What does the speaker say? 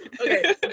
okay